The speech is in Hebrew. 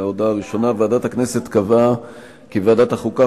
ההודעה הראשונה: ועדת הכנסת קבעה כי ועדת החוקה,